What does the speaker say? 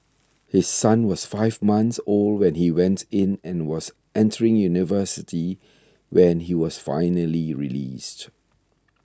his son was five months old when he went in and was entering university when he was finally released